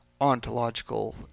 ontological